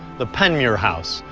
the panmure house,